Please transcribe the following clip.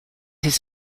his